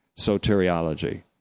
soteriology